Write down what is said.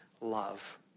love